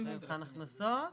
במבחן ההכנסות.